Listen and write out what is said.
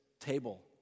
table